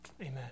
Amen